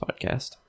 podcast